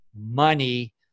money